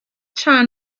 چند